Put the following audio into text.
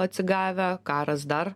atsigavę karas dar